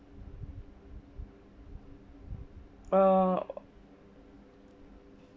oh